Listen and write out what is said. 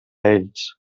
ells